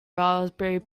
raspberry